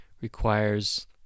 requires